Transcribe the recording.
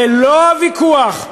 ולא הוויכוח,